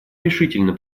решительно